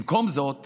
במקום זאת